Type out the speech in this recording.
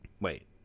Wait